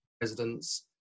residents